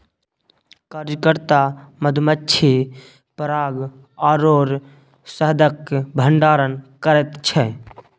कार्यकर्ता मधुमाछी पराग आओर शहदक भंडारण करैत छै